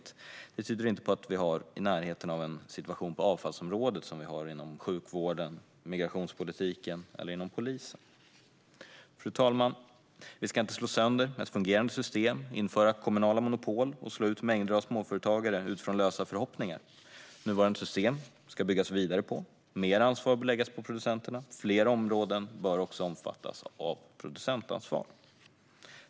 Det tyder heller inte på att vi har en situation på avfallsområdet som är i närheten av den situation vi har inom sjukvården, migrationspolitiken eller polisen. Fru talman! Vi ska inte slå sönder ett fungerande system, införa kommunala monopol och slå ut mängder av småföretagare utifrån lösa förhoppningar. Vi ska bygga vidare på nuvarande system, mer ansvar bör läggas på producenterna och fler områden bör omfattas av producentansvaret.